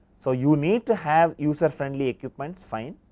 so, you need to have user friendly equipments find,